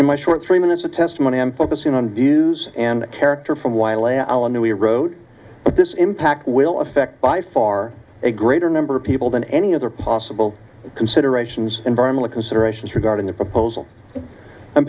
in my short three minutes of testimony and focusing on views and character from while a allen we rode this impact will effect by far a greater number of people than any other possible considerations environmental considerations regarding the proposal